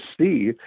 see